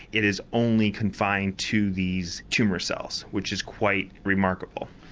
it is only confined to these tumour cells which is quite remarkable.